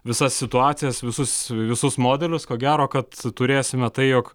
visas situacijas visus visus modelius ko gero kad turėsime tai jog